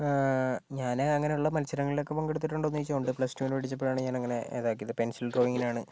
ഞാൻ അങ്ങനെ ഉള്ള മത്സരങ്ങളിലൊക്കെ പങ്കെടുത്തിട്ടുണ്ടോ എന്ന് ചോദിച്ചാൽ ഉണ്ട് പ്ല സ്ടുവിന് പഠിച്ചപ്പോഴാണ് ഞാൻ അങ്ങനെ ഇതാക്കിയത് പെൻസിൽ ഡ്രോയിങ്ങിനാണ്